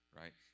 right